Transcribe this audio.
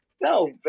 No